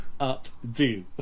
updo